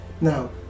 Now